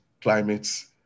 climates